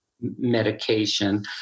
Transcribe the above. medication